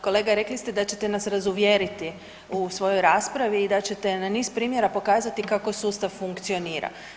Kolega rekli ste da ćete nas razuvjeriti u svojoj raspravi i da ćete na niz primjera pokazati kako sustav funkcionira.